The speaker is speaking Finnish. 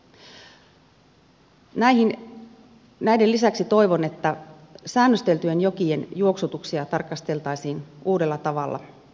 näiden lisäksi toivon että säännösteltyjen jokien juoksutuksia tarkasteltaisiin uudella tavalla